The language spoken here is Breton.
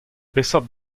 peseurt